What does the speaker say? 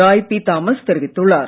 Rai P Thomas தெரிவித்துள்ளார்